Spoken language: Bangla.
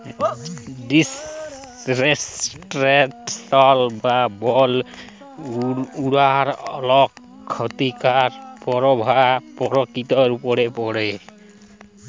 ডিফরেসটেসল বা বল উজাড় অলেক খ্যতিকারক পরভাব পরকিতির উপর পড়ে